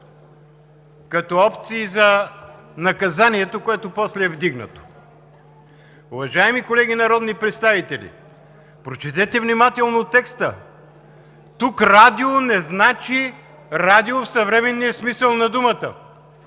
като опции за наказанието, което после е вдигнато. Уважаеми колеги народни представители, прочетете внимателно текста! Тук „радио“ не значи радио в съвременния смисъл на думата,